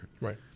Right